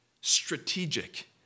strategic